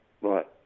Right